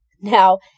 Now